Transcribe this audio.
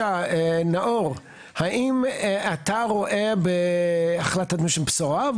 האם אתה רואה בהחלטה בשורה,